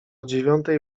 dziewiątej